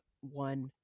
one